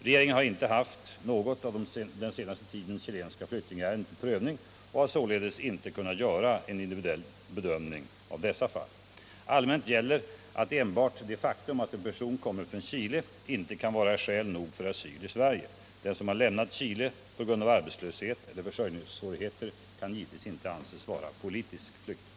Regeringen har inte haft något av den senaste tidens chilenska flyktingärenden till prövning och har således inte kunnat göra en individuell bedömning av dessa fall. Allmänt gäller att enbart det faktum att en person kommer från Chile inte kan vara skäl nog för asyl i Sverige. Den som har lämnat Chile på grund av arbetslöshet eller försörjningssvårigheter kan givetvis inte anses vara politisk flykting.